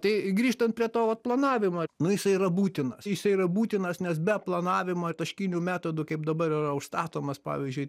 tai grįžtant prie to vat planavimo nu jisai yra būtinas jisai yra būtinas nes be planavimo taškiniu metodu kaip dabar yra užstatomas pavyzdžiui